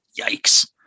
yikes